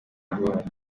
vuba